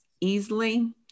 easily